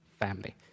family